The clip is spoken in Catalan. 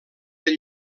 del